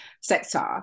sector